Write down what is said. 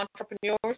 entrepreneurs